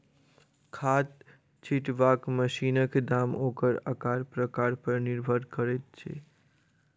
खाद छिटबाक मशीनक दाम ओकर आकार प्रकार पर निर्भर करैत अछि